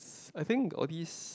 I think all these